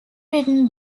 written